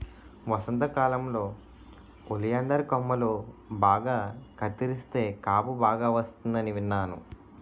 వసంతకాలంలో ఒలియండర్ కొమ్మలు బాగా కత్తిరిస్తే కాపు బాగా వస్తుందని విన్నాను